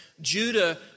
Judah